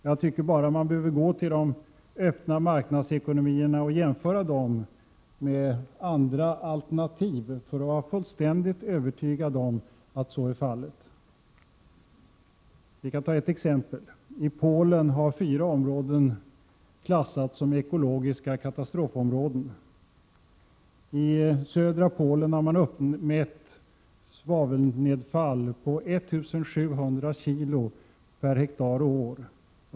Man behöver bara jämföra de öppna marknadsekonomierna med andra alternativ för att bli fullständigt övertygad om att så är fallet. Vi kan ta ett exempel. I Polen har fyra områden klassats som ekologiska katastrofområden, och i södra Polen har man uppmätt svavelnedfall på 1 700 kilo per hektar och år.